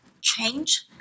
change